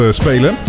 spelen